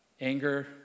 anger